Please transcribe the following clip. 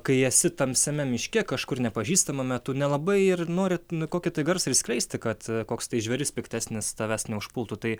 kai esi tamsiame miške kažkur nepažįstamame tu nelabai ir nori kokį tai garsą ir skleisti kad koks tai žvėris piktesnis tavęs neužpultų tai